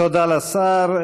תודה לשר.